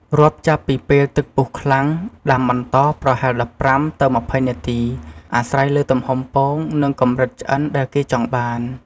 រាប់ចាប់ពីពេលទឹកពុះខ្លាំង ដាំបន្តប្រហែល ១៥ ទៅ ២០ នាទីអាស្រ័យលើទំហំពង និងកម្រិតឆ្អិនដែលគេចង់បាន។